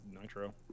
Nitro